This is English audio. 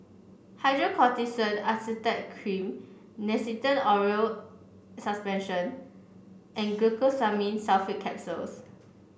Hydrocortisone Acetate Cream Nystatin Oral Suspension and Glucosamine Sulfate Capsules